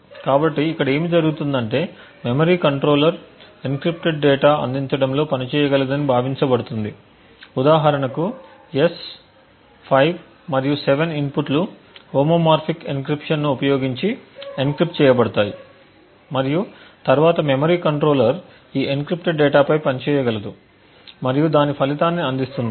కాబట్టి ఇక్కడ ఏమి జరుగుతుందంటే మెమరీ కంట్రోలర్ ఎన్క్రిప్టెడ్ డేటా అందించడంలో పని చేయగలదని భావించబడుతుంది ఉదాహరణకు S 5 మరియు 7 ఇన్పుట్లు హోమోమోర్ఫిక్ ఎన్క్రిప్షన్ను ఉపయోగించి ఎన్క్రిప్ట్చేయబడతాయి మరియు తరువాత మెమరీ కంట్రోలర్ ఈ ఎన్క్రిప్టెడ్ డేటాపై పనిచేయగలదు మరియు దాని ఫలితాన్ని అందిస్తుంది